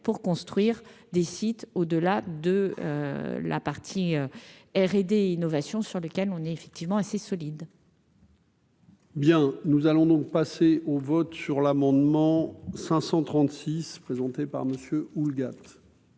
pour construire des sites au delà de la partie R&D innovation sur lequel on est effectivement assez solide. Bien, nous allons donc passer au vote sur l'amendement 536 présenté par Monsieur Houlgate.